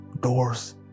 doors